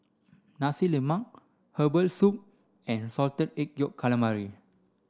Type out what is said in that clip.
Nasi Lemak herbal soup and salted egg yolk calamari